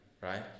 right